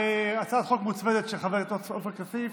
הצעת חוק מוצמדת של חבר הכנסת עופר כסיף,